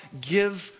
give